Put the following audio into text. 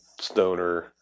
stoner